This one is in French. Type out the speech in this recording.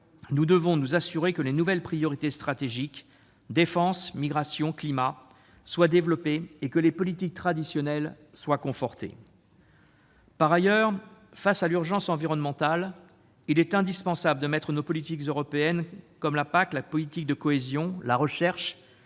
nous devons nous assurer que les nouvelles priorités stratégiques que sont la défense, les migrations et le climat soient développées et que les politiques traditionnelles soient confortées. Par ailleurs, face à l'urgence environnementale, il est indispensable de mettre nos politiques européennes, comme la PAC, la politique de cohésion ou la recherche,